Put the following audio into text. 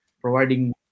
providing